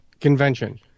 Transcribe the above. convention